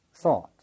thought